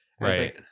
Right